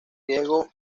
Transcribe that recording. riesgo